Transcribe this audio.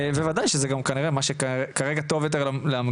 ובוודאי שזה גם כנראה כרגע מה שטוב יותר למגדלים.